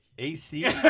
AC